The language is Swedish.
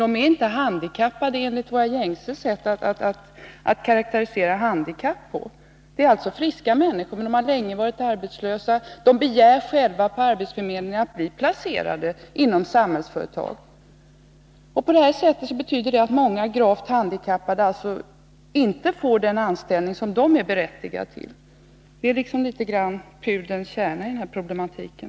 De är inte handikappade enligt vårt gängse sätt att karakterisera handikapp. Det är alltså fråga om friska människor, men de har länge varit arbetslösa, och på arbetsförmedlingen begär de själva att bli placerade inom Samhällsföretag. På det sättet får många gravt handikappade inte den anställning som de är berättigade till. Det är detta som är något av pudelns kärna i den här problematiken.